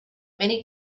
many